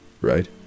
right